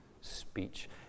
speech